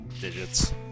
digits